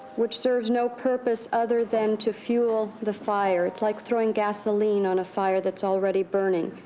which serves no purpose other than to fuel the fire. it's like throwing gasoline on a fire that's already burning.